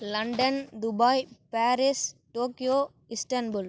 London Dubai Paris Tokyo Istanbul